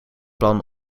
plan